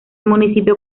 municipio